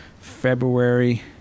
February